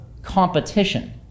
Competition